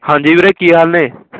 ਹਾਂਜੀ ਵੀਰੇ ਕੀ ਹਾਲ ਨੇ